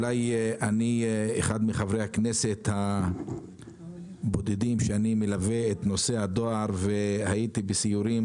אולי אני אחד מחברי הכנסת הבודדים שמלווים את נושא הדואר והייתי בסיורים